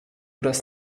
das